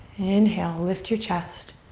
inhale, lift your chest.